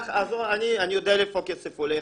אבל אני יודע לאיפה הכסף הולך,